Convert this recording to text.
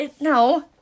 no